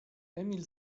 emil